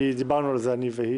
כי דברנו על זה אני והיא.